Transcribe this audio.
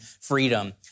freedom